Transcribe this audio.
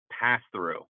pass-through